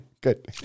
good